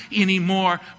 anymore